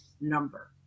number